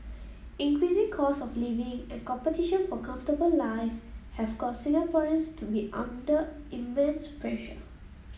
increasing costs of living and competition for comfortable life have caused Singaporeans to be under immense pressure